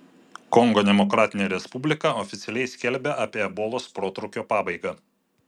kongo demokratinė respublika oficialiai skelbia apie ebolos protrūkio pabaigą